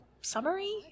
summary